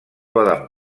poden